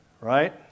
right